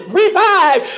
revive